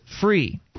free